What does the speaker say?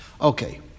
Okay